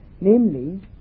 namely